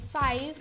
five